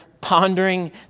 pondering